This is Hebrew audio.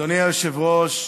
אדוני היושב-ראש,